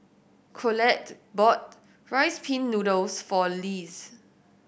Colette bought Rice Pin Noodles for Lise